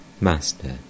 Master